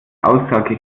aussage